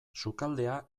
sukaldea